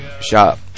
Shop